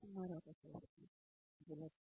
ఇది మరొక ప్రశ్న ప్రజలకు